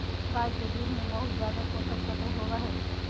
गाय के दूध में बहुत ज़्यादे पोषक तत्व होबई हई